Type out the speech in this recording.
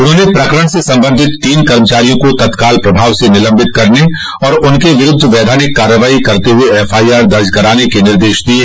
उन्होंने इस प्रकरण से संबंधित तीन कर्मचारियों को तत्काल प्रभाव से निलम्बित करने तथा उनके विरूद्ध वधानिक कार्रवाई करते हुए एफआईआर दर्ज करने के निदेश दिये